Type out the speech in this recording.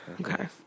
Okay